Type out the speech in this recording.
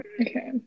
okay